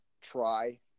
try